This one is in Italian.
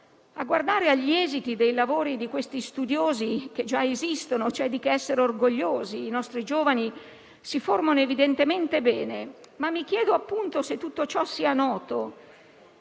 A guardare gli esiti dei lavori di questi studiosi, che già esistono, c'è di che essere orgogliosi; i nostri giovani si formano evidentemente bene, ma mi chiedo se tutto ciò sia noto.